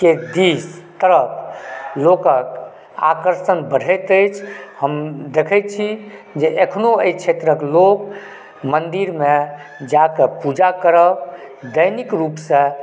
के दिस तरफ लोककेँ आकर्षण बढ़ैत अछि देखए छी जे अखनो एहि क्षेत्रके लोक मंदिरमे जाके पूजा करब दैनिक रूपसंँ